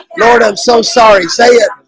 lord i'm so sorry say it.